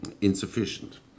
insufficient